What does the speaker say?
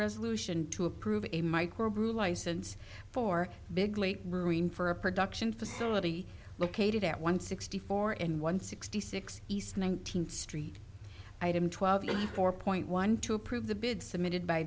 resolution to approve a microbrew license for big late marine for a production facility located at one sixty four in one sixty six east nineteenth street item twelve four point one to approve the bid submitted by